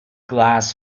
glass